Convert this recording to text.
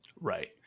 Right